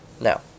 Now